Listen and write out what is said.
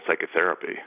psychotherapy